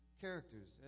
Characters